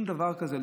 שום דבר כזה.